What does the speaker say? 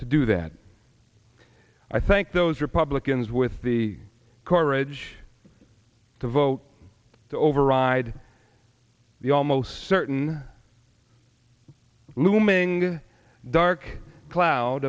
to do that i thank those republicans with the courage to vote to override the almost certain looming dark cloud